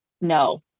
no